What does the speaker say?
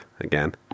again